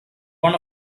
one